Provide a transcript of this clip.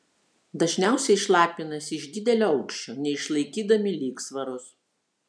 dažniausiai šlapinasi iš didelio aukščio neišlaikydami lygsvaros